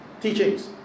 teachings